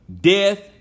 death